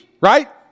right